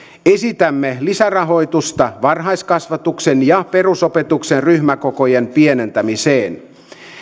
esitämme lisärahoitusta varhaiskasvatuksen ja perusopetuksen ryhmäkokojen pienentämiseen